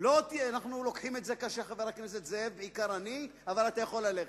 אני מתנצל שאני הולך.